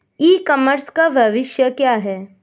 ई commerce का भविष्य क्या है?